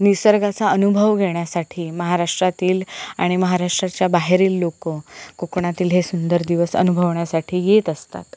निसर्गाचा अनुभव घेण्यासाठी महाराष्ट्रातील आणि महाराष्ट्राच्या बाहेरील लोक कोकणातील हे सुंदर दिवस अनुभवण्यासाठी येत असतात